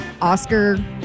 Oscar